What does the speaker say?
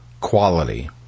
quality